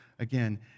again